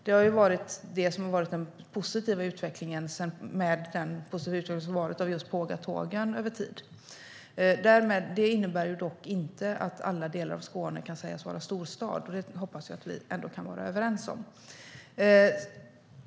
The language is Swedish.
Det är det som har varit det positiva med utvecklingen av pågatågen över tid. Det innebär dock inte att alla delar av Skåne kan sägas vara storstad. Det hoppas jag att vi kan vara överens om.